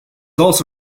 also